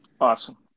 awesome